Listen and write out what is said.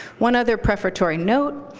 one other prefatory note.